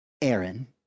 Aaron